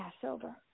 Passover